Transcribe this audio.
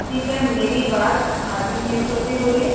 جی کیا میری بات حاجی میٹ شاپ پہ ہو رہی ہے